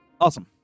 Awesome